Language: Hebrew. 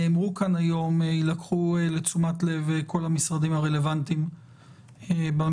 שנאמרו כאן היום יילקחו לתשומת לב כל המשרדים הרלוונטיים בממשלה.